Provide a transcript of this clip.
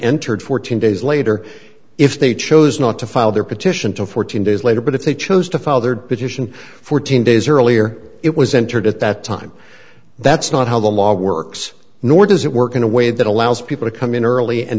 entered fourteen days later if they chose not to file their petition to fourteen days later but if they chose to fathered petition fourteen days earlier it was entered at that time that's not how the law works nor does it work in a way that allows people to come in early and